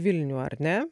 vilnių ar ne